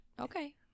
Okay